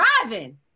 driving